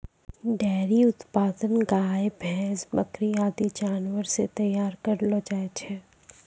dairy उत्पाद गाय, भैंस, बकरी आदि जानवर सें तैयार करलो जाय छै